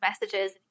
messages